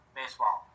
baseball